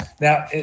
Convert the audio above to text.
now